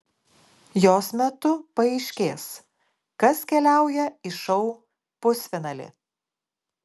jos metu paaiškės kas keliauja į šou pusfinalį